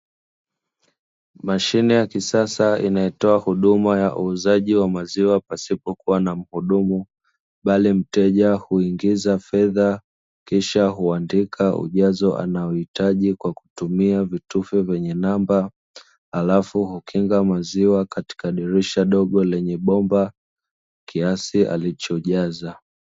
Mashine ya kisasa inayotoa huduma ya uuzaji wa maziwa pasipokuwa na muhudumu, bali mteja huingiza fedha kisha huandika ujazo anaouhitaji kwa kutumia vitufe vyenye namba, halafu hukinga maziwa katika dirisha dogo lenye bomba kiasi alichojaza.